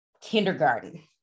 kindergarten